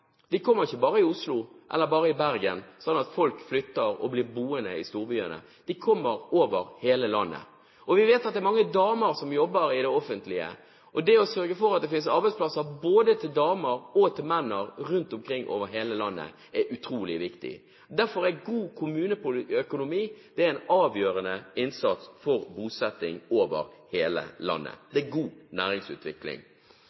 – kommer over hele landet. De kommer ikke bare i Oslo eller i Bergen, slik at folk flytter og blir boende i storbyene. De kommer over hele landet. Vi vet at det er mange damer som jobber i det offentlige. Det å sørge for at det finnes arbeidsplasser både til damer og menn rundt omkring over hele landet, er utrolig viktig. Derfor er god kommuneøkonomi avgjørende for bosetting over hele landet.